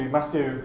Matthew